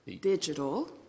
digital